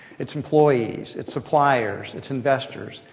its employees, its suppliers, its investors,